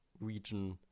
region